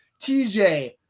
TJ